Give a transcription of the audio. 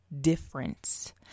difference